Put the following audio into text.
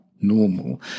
normal